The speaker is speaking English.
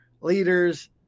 leaders